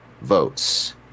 votes